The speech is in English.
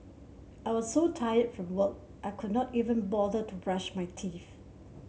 I was so tired from work I could not even bother to brush my teeth